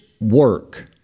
work